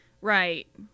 right